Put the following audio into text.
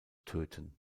töten